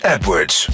Edwards